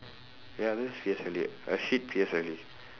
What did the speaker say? ya just P_S_L_E a shit P_S_L_E